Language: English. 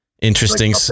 Interesting